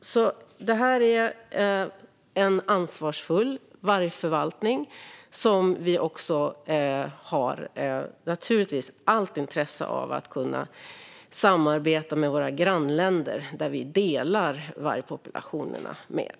Det här är en ansvarsfull vargförvaltning, och vi har allt intresse av att kunna samarbeta med våra grannländer som vi delar vargpopulationerna med.